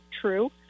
true